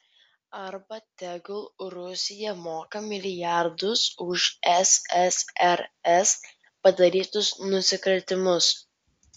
arba tegul rusija moka milijardus už ssrs padarytus nusikaltimus